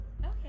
Okay